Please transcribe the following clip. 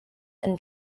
and